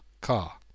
car